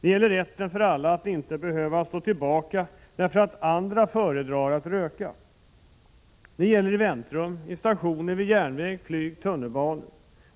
Det gäller rätten för alla att inte behöva stå tillbaka, därför att andra föredrar att röka. Det gäller i väntrum och stationer vid järnväg, flyg och tunnelbanor.